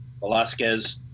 Velasquez